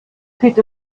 steht